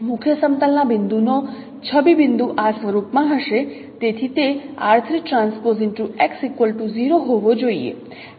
મુખ્ય સમતલ ના બિંદુનો છબી બિંદુ આ સ્વરૂપમાં હશે તેથી તે હોવો જોઈએ